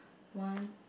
one